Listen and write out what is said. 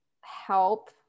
help